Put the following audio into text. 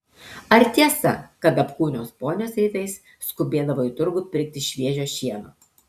ar tiesa kad apkūnios ponios rytais skubėdavo į turgų pirkti šviežio šieno